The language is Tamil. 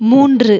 மூன்று